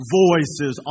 voices